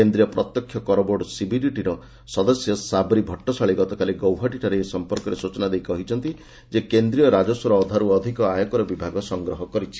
କେନ୍ଦ୍ରୀୟ ପ୍ରତ୍ୟକ୍ଷ କର ବୋର୍ଡ ସିବିଡିଟିର ସଦସ୍ୟ ସାବ୍ରୀ ଭଟ୍ଟଶାଳୀ ଗତକାଲି ଗୌହାଟୀଠାରେ ଏ ସଂପର୍କରେ ସୂଚନା ଦେଇ କହିଛନ୍ତି ଯେ କେନ୍ଦ୍ରୀୟ ରାଜସ୍ୱର ଅଧାରୁ ଅଧିକ ଆୟକର ବିଭାଗ ସଂଗ୍ରହ କରିଛି